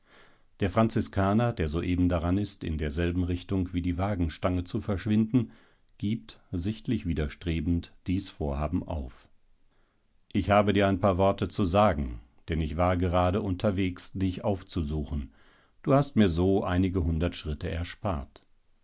der franziskaner der soeben daran ist in derselben richtung wie die wagenstange zu verschwinden gibt sichtlich widerstrebend dies vorhaben auf ich habe dir ein paar worte zu sagen denn ich war gerade unterwegs dich aufzusuchen du hast mir so einige hundert schritte erspart